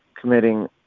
committing